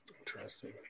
Interesting